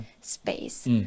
space